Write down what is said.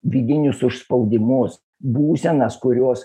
vidinius užspaudimus būsenas kurios